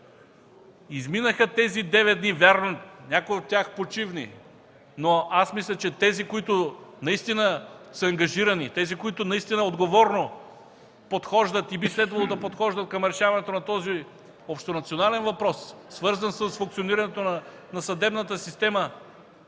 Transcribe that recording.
Изминаха тези 9 дни. Вярно, някои от тях – почивни, но аз мисля, че тези, които наистина са ангажирани, тези, които наистина отговорно подхождат и би следвало да подхождат към решаването на този общонационален въпрос, свързан с функционирането на съдебната система,